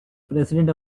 president